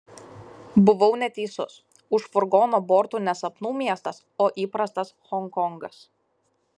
buvau neteisus už furgono bortų ne sapnų miestas o įprastas honkongas